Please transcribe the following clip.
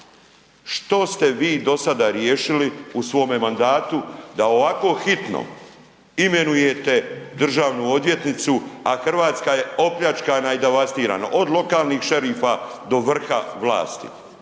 Što ste vi do sada riješili u svome mandatu da ovako hitno imenujete državnu odvjetnicu, a Hrvatska je opljačkana i devastirana? Od lokalnih šerifa do vrha vlasti,